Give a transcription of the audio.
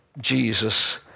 Jesus